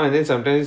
oh